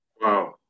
Wow